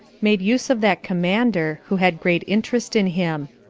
made use of that commander, who had great interest in him.